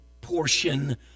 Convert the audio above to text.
portion